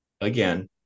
again